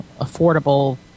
affordable